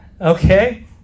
okay